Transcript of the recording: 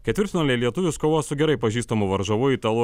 ketvirtfinalyje lietuvis kovos su gerai pažįstamu varžovu italu